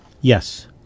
Yes